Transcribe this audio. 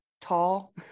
tall